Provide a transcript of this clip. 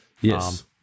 Yes